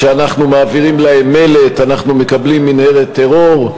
כשאנחנו מעבירים להם מלט אנחנו מקבלים מנהרת טרור.